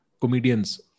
comedians